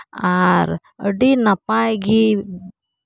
ᱟᱨ ᱟᱹᱰᱤ ᱱᱟᱯᱟᱭ ᱜᱮ